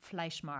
Fleischmarkt